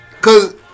Cause